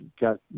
got